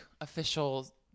official